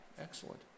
excellent